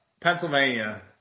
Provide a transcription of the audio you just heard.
Pennsylvania